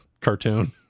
cartoon